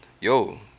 yo